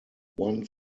one